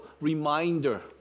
reminder